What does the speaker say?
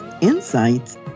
insights